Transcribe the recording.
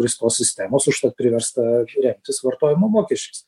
grįstos sistemos užtat priversta remtis vartojimo mokesčiais